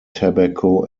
tobacco